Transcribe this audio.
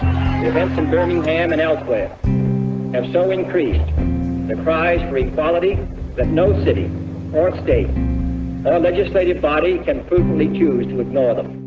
events in birmingham and elsewhere have so increased the cries for equality that no city or state or legislative body can furtively choose and to ignore them